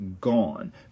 gone